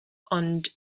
ond